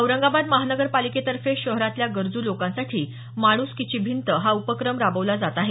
औरंगाबाद महापालिकेतर्फे शहरातल्या गरजू लोकांसाठी माणुसकीची भिंत हा उपक्रम राबवला जात आहे